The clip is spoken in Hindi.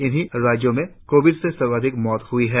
इन्हीं राज्यों में कोविड से सर्वाधिक मौतें भी हई हैं